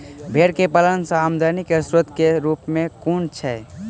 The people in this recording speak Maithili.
भेंर केँ पालन सँ आमदनी केँ स्रोत केँ रूप कुन छैय?